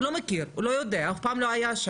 הוא לא מכיר, הוא לא יודע, אף פעם הוא לא היה שם.